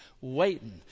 waiting